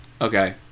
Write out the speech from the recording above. Okay